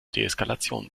deeskalation